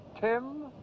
tim